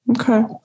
Okay